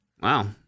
Wow